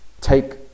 take